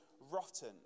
rotten